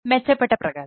മെച്ചപ്പെട്ട പ്രകടനം